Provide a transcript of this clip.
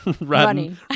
running